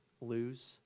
lose